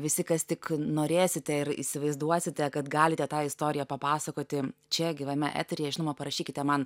visi kas tik norėsite ir įsivaizduosite kad galite tą istoriją papasakoti čia gyvame eteryje žinoma parašykite man